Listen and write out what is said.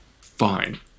Fine